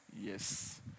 Yes